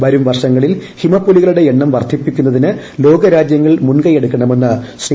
വരും വർഷങ്ങളിൽ ഹിമപ്പുലികളുടെ എണ്ണം വർദ്ധിപ്പിക്കുന്നതിന് ലോകരാജ്യങ്ങൾ മുൻകൈ എടുക്കണമെന്ന് ശ്രീ